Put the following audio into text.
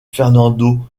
fernando